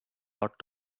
ought